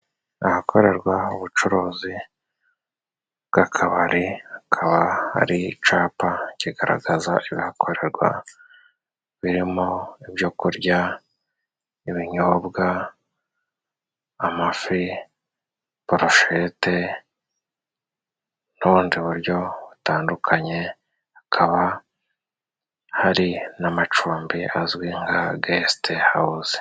Ahakorerwa ubucuruzi bw'akabari hakaba hari icapa cigaragaza ibihakorerwa birimo: ibyo kurya, n'ibinyobwa, amafi, boroshete, n'ubundi buryo butandukanye, hakaba hari n'amacumbi azwi nka gesite hawuzi.